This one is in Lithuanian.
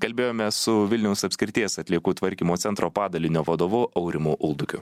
kalbėjomės su vilniaus apskrities atliekų tvarkymo centro padalinio vadovu aurimu uldukiu